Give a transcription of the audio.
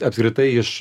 apskritai iš